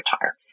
retire